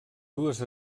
dues